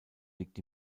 liegt